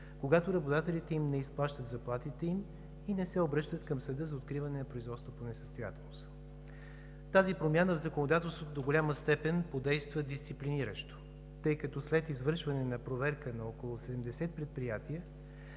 когато работодателите им не изплащат заплатите им и не се обръщат към съда за откриване на производство по несъстоятелност. Тази промяна в законодателството до голяма степен подейства дисциплиниращо, тъй като след извършване на проверка на около 70 предприятия,